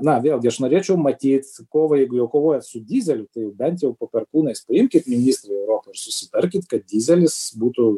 na vėlgi aš norėčiau matyt kovą jeigu jau kovojat su dyzeliu tai bent jau po perkūnais paimkit ministrai europoj ir susitarkit kad dyzelis būtų